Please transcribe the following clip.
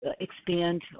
expand